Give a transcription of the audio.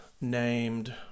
named